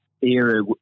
era